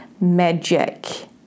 Magic